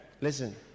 listen